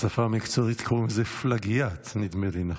בשפה המקצועית קוראים לזה פלגיאט, נדמה לי.